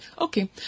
Okay